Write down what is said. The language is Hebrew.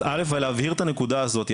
אז קודם כל להבהיר את הנקודה הזאת.